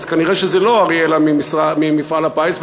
אז זה כנראה לא אראלה ממפעל הפיס,